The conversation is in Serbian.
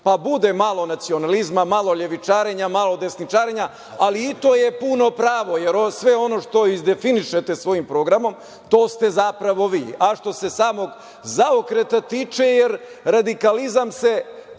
pa bude malo nacionalizma, malo levičarenja, malo desničarenja, ali i to je puno pravo. Jer, sve ono što izdefinišete svojim programom, to ste zapravo vi. Što se samog zaokreta tiče, radikalizam se,